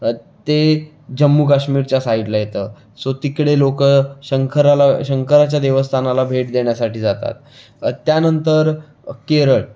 ते जम्मू काश्मीरच्या साईडला येतं सो तिकडे लोक शंखराला शंकराच्या देवस्थानाला भेट देण्यासाठी जातात त्यानंतर केरळ